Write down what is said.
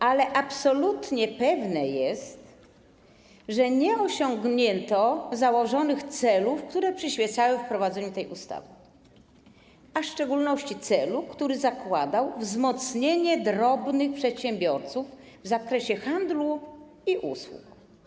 Ale absolutnie pewne jest, że nie osiągnięto założonych celów, które przyświecały wprowadzeniu tej ustawy, a w szczególności celu, który zakładał wzmocnienie drobnych przedsiębiorców w zakresie handlu i usług.